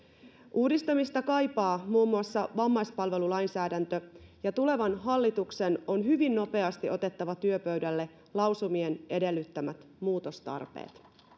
uudistamista kaipaa muun muassa vammaispalvelulainsäädäntö ja tulevan hallituksen on hyvin nopeasti otettava työpöydälle lausumien edellyttämät muutostarpeet